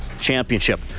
championship